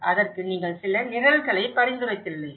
அதற்கு நீங்கள் சில நிரல்களை பரிந்துரைத்துள்ளீர்கள்